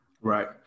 Right